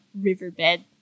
riverbed